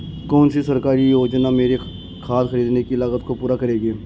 कौन सी सरकारी योजना मेरी खाद खरीदने की लागत को पूरा करेगी?